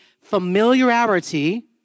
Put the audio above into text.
familiarity